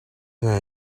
сайн